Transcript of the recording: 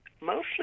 mostly